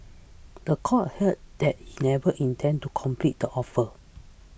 the court heard that he never intended to complete the offer